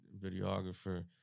videographer